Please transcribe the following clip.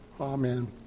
Amen